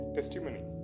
Testimony